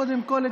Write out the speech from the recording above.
קודם כול,